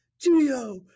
Geo